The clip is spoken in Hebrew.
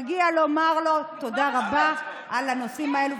ומגיע לו שנאמר לו תודה רבה על הנושאים האלה,